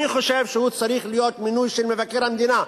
אני חושב שהוא צריך להיות מינוי של מבקר המדינה,